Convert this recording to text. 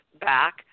back